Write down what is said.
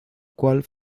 cual